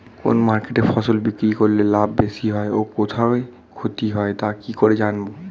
কোন মার্কেটে ফসল বিক্রি করলে লাভ বেশি হয় ও কোথায় ক্ষতি হয় তা কি করে জানবো?